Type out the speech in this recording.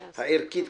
הערכית,